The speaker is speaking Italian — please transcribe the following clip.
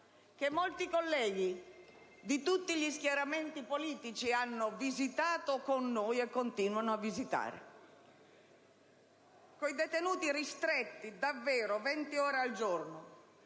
che molti colleghi di tutti gli schieramenti politici hanno visitato con noi e continuano a visitare, con i detenuti ristretti, davvero, 20 ore al giorno,